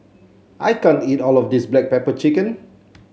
I can't eat all of this Black Pepper Chicken